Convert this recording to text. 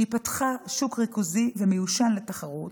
שפתחה שוק ריכוזי ומיושן לתחרות.